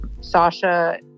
Sasha